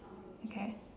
okay